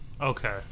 Okay